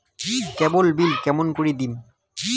কেবল bill কেমন করি দিম?